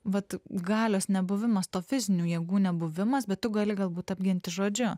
vat galios nebuvimas to fizinių jėgų nebuvimas bet tu gali galbūt apginti žodžiu